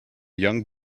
young